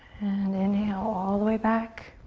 and inhale, all the way back.